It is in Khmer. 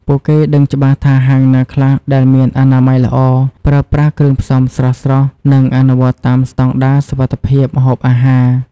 ពួកគេដឹងច្បាស់ថាហាងណាខ្លះដែលមានអនាម័យល្អ ប្រើប្រាស់គ្រឿងផ្សំស្រស់ៗ និងអនុវត្តតាមស្តង់ដារសុវត្ថិភាពម្ហូបអាហារ